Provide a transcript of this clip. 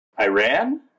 Iran